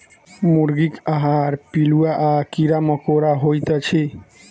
मुर्गीक आहार पिलुआ आ कीड़ा मकोड़ा होइत अछि